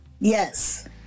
Yes